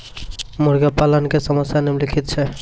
मुर्गा पालन के समस्या निम्नलिखित छै